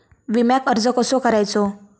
विम्याक अर्ज कसो करायचो?